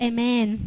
Amen